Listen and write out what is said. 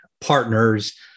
partners